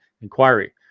Inquiry